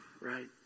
Right